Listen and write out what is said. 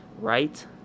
right